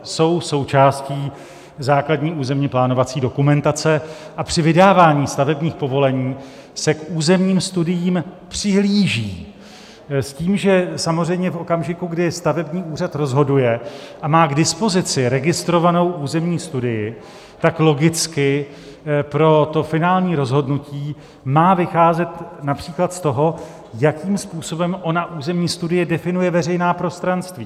Jsou součástí základní územně plánovací dokumentace a při vydávání stavebních povolení se k územním studiím přihlíží, s tím, že samozřejmě v okamžiku, kdy stavební úřad rozhoduje a má k dispozici registrovanou územní studii, tak logicky pro finální rozhodnutí má vycházet například z toho, jakým způsobem ona územní studie definuje veřejná prostranství.